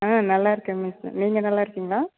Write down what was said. ஆ நல்லா இருக்கேன் மிஸ் நீங்கள் நல்லா இருக்கீங்களா